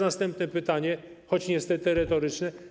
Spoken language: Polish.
Następne pytanie, choć niestety retoryczne: